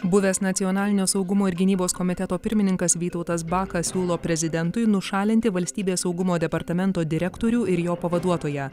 buvęs nacionalinio saugumo ir gynybos komiteto pirmininkas vytautas bakas siūlo prezidentui nušalinti valstybės saugumo departamento direktorių ir jo pavaduotoją